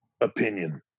opinion